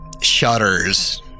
shudders